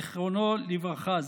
זיכרונו לברכה,